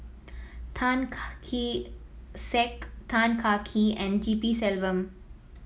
Tan Kah Kee Sek Tan Kah Kee and G P Selvam